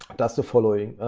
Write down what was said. does the following.